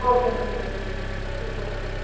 okay ma'am okay ma'am thank you so much ma'am